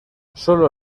sólo